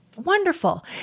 Wonderful